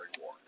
war